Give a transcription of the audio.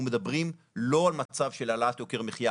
אנחנו מדברים לא על מצב של העלאת יוקר המחייה,